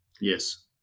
Yes